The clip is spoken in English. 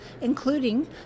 including